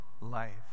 life